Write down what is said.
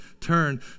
turn